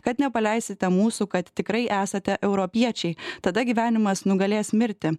kad nepaleisite mūsų kad tikrai esate europiečiai tada gyvenimas nugalės mirtį